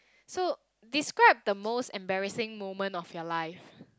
so describe the most embarrassing moment of your life